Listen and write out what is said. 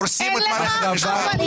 אין לך טיפת הבנה במערכת המשפט.